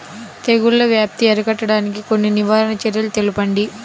తెగుళ్ల వ్యాప్తి అరికట్టడానికి కొన్ని నివారణ చర్యలు తెలుపండి?